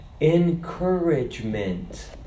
encouragement